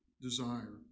desire